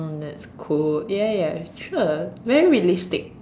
oh that's cool ya ya sure very realistic